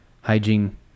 hygiene